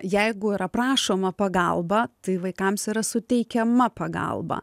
jeigu yra prašoma pagalba tai vaikams yra suteikiama pagalba